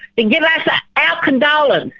to give us our condolence.